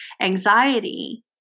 anxiety